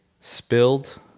spilled